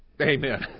Amen